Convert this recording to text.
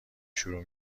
شروع